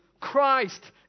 Christ